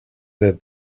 their